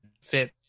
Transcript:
fit